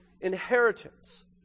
inheritance